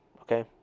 Okay